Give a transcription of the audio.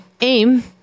AIM